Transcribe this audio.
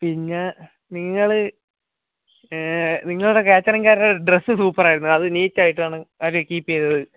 പിന്നെ നിങ്ങൾ നിങ്ങളുടെ കാറ്ററിങ്ങുകാരുടെ ഡ്രസ്സ് സൂപ്പർ ആയിരുന്നു അത് നീറ്റ് ആയിട്ടാണ് അവർ കീപ്പ് ചെയ്തത്